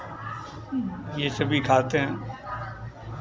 ये सभी खाते हैं